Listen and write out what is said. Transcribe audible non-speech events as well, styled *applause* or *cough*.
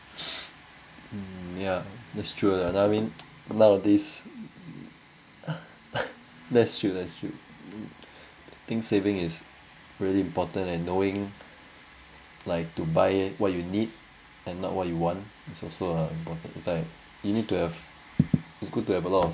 um ya that's true lah now I means nowadays *laughs* that's true that's true I think saving is really important and knowing like to buy what you need and not what you want is also important is like you need to have is good to have a lot of